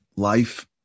Life